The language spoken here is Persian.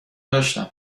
داشتم